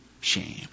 shame